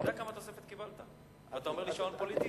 אתה אומר לי שעון פוליטי?